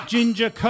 Ginger